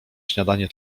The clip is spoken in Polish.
śniadanie